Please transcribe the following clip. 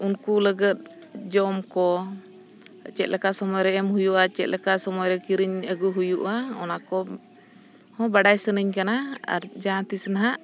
ᱩᱱᱠᱩ ᱞᱟᱹᱜᱤᱫ ᱡᱚᱢ ᱠᱚ ᱪᱮᱫ ᱞᱮᱠᱟ ᱥᱚᱢᱚᱭ ᱨᱮ ᱮᱢ ᱦᱩᱭᱩᱜᱼᱟ ᱪᱮᱫ ᱞᱮᱠᱟ ᱥᱳᱢᱚᱭ ᱨᱮ ᱠᱤᱨᱤᱧ ᱟᱹᱜᱩ ᱦᱩᱭᱩᱜᱼᱟ ᱚᱱᱟ ᱠᱚᱦᱚᱸ ᱵᱟᱰᱟᱭ ᱥᱟᱱᱟᱧ ᱠᱟᱱᱟ ᱟᱨ ᱡᱟᱦᱟᱸ ᱛᱤᱥ ᱱᱟᱦᱟᱜ